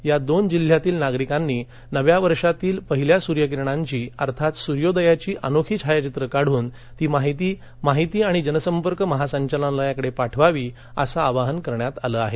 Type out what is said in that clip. या दोन जिल्ह्यातील नागरिकांनी नव्या वर्षातील पहिल्या सुर्यकिरणांची अर्थात सुर्योदयाची अनोखी छायाचित्रे काढून ती माहिती आणि जनसंपर्क महासंचालनालयाकडे पाठवावी असं आवाहन करण्यात आलं आहे